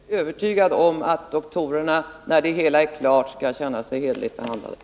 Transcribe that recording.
Herr talman! Jag är övertygad om att doktorerna, när det hela är klart, skall känna sig hederligt behandlade.